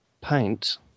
Paint